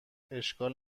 اشکال